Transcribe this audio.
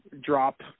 drop